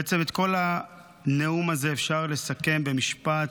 בעצם, את כל הנאום הזה אפשר לסכם במשפט: